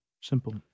Simple